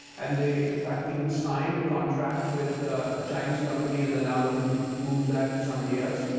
and they, in fact, even signed a contract with a chinese company and they're now looking to move that to somebody else.